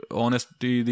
honesty